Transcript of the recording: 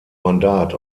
mandat